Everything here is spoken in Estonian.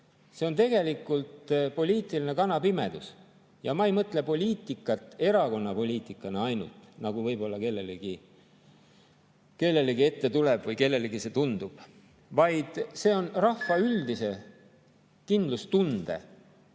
on tegelikult poliitiline kanapimedus. Ma ei mõtle poliitikat ainult erakonnapoliitikana, nagu võib-olla kellelegi ette tuleb või kellelegi see tundub, vaid see on rahva üldise kindlustunde